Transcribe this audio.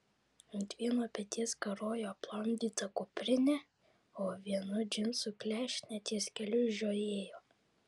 ant vieno peties karojo aplamdyta kuprinė o viena džinsų klešnė ties keliu žiojėjo